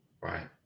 right